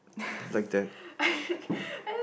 I